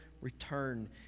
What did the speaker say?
return